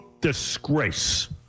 disgrace